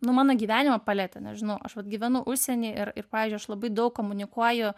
nu mano gyvenimą palietė nežinau aš vat gyvenu užsieny ir pavyzdžiui aš labai daug komunikuoju